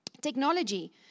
Technology